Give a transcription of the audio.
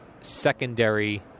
secondary